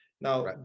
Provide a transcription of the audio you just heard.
Now